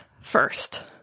first